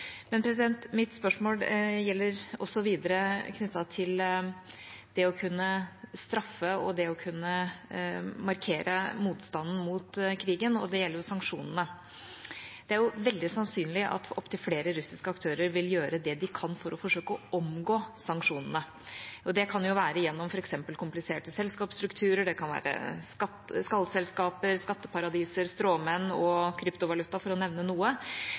mitt spørsmål gjelder også videre knyttet til det å kunne straffe og det å kunne markere motstanden mot krigen, og det gjelder sanksjonene. Det er veldig sannsynlig at opptil flere russiske aktører vil gjøre det de kan for å forsøke å omgå sanksjonene. Det kan være gjennom f.eks. kompliserte selskapsstrukturer, det kan være skallselskaper, skatteparadiser, stråmenn og kryptovaluta, for å nevne noe.